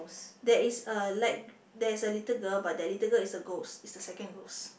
there is uh like there is a little girl but that little girl is a ghost is the second ghost